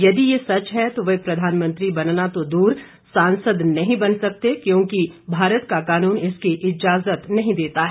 यदि ये सच है तो वह प्रधानमंत्री बनना तो दूर सांसद नहीं बन सकते क्योंकि भारत का कानून इसकी इजाज़त नहीं देता है